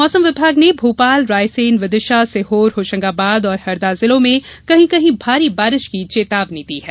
मौसम विभाग ने भोपाल रायसेन विदिशा सीहोर होशंगाबाद और हरदा जिलों में कहीं कहीं भारी बारिश की चेतावनी दी है